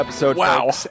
Wow